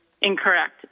incorrect